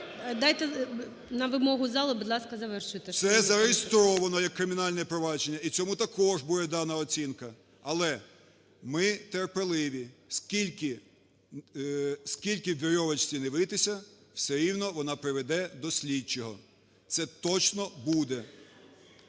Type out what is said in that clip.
дайте… на вимогу залу, будь ласка, завершуйте. 13:54:45 ЛУЦЕНКО Ю.В. Це зареєстровано як кримінальне провадження і цьому також буде дана оцінка. Але ми терпеливі, скільки б вірьовочці не витися, все рівно вона приведе до слідчого. Це точно буде!